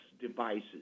devices